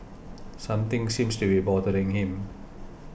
something seems to be bothering him